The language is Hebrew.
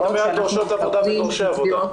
אני מדבר על דורשות עבודה ודורשי עבודה.